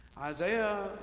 Isaiah